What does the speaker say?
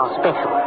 special